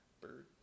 Bird